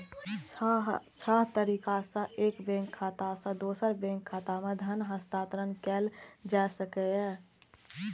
छह तरीका सं एक बैंक खाता सं दोसर बैंक खाता मे धन हस्तांतरण कैल जा सकैए